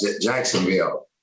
Jacksonville